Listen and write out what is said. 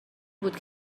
بود